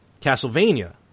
Castlevania